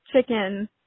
chicken